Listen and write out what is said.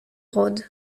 rhode